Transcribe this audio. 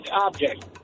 object